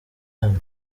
hano